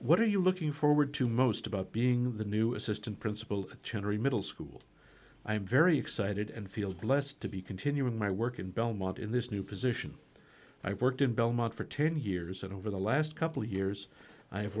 what are you looking forward to most about being the new assistant principal chinnery middle school i am very excited and feel blessed to be continuing my work in belmont in this new position i worked in belmont for ten years and over the last couple of years i